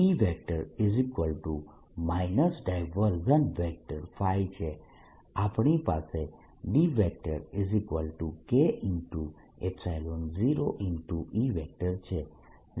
આપણી પાસે DK0E છે